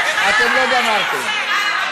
אתן לא גמרתן,